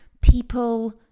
people